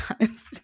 honest